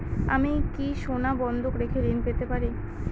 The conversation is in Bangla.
আমি কি সোনা বন্ধক রেখে ঋণ পেতে পারি?